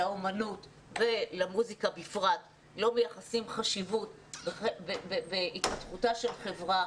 לאומנות ולמוסיקה בפרט לא מייחסים חשיבות בהתפתחותה של חברה